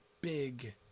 big